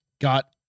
got